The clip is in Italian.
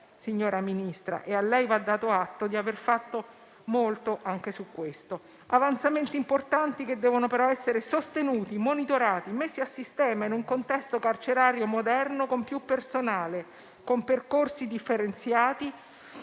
signora Ministra, a lei va dato atto di aver fatto molto anche su questo. Avanzamenti importanti, che devono però essere sostenuti, monitorati e messi a sistema in un contesto carcerario moderno, con più personale, con percorsi differenziati